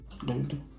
dude